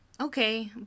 okay